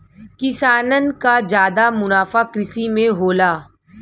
किसानन क जादा मुनाफा कृषि में होला